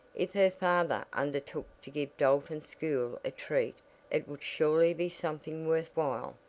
if her father undertook to give dalton school a treat it would surely be something worth while,